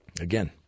Again